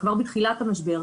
כבר בתחילת המשבר,